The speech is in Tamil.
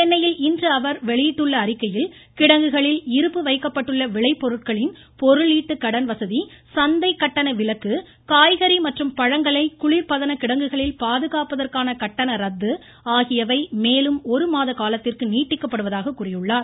சென்னையில் இன்று அவர் வெளியிட்டுள்ள அறிக்கையில் கிடங்குகளில் இருப்பு வைக்கப்பட்டுள்ள விளைபொருட்களின் பொருளீட்டு கடன்வசதி சந்தை கட்டண விலக்கு காய்கறி மற்றும் பழங்களை குளிர்பதன கிடங்குகளில் பாதுகாப்பதற்கான கட்டண ரத்து ஆகியவை மேலும் ஒரு மாத காலத்திற்கு நீட்டிக்கப்படுவதாக கூறியுள்ளார்